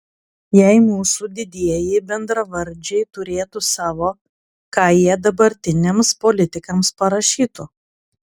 jei mūsų didieji bendravardžiai turėtų savo ką jie dabartiniams politikams parašytų